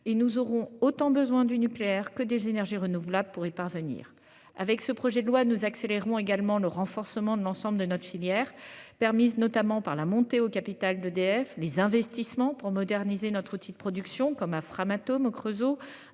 et nous aurons autant besoin du nucléaire que des énergies renouvelables pour y parvenir. Avec ce projet de loi nous accélérons également le renforcement de l'ensemble de notre filière permise notamment par la montée au capital d'EDF, les investissements pour moderniser notre outil de production comme à Framatome, au Creusot.